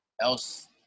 else